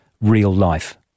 real-life